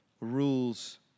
rules